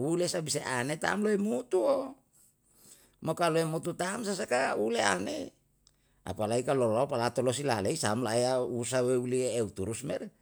uule sai sa bisa an ne tam loi mutu mo kalu mutu tam sasaka uliya an ne, alagi kalu lau palato losi lahalei sasam la yau usaha uli uliye eu turus me